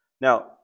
Now